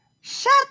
Shut